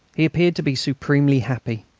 he appeared to be supremely happy.